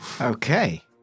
Okay